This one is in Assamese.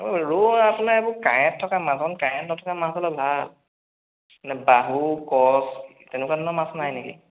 ৰৌ আপোনাৰ এইবোৰ কাঁইট থকা মাছ অকণ কাঁইট নথকা মাছ হ'লে ভাল যেনে বাহু কছ তেনেকুৱা ধৰণৰ মাছ নাই নেকি